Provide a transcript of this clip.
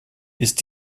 ist